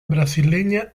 brasileña